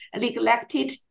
neglected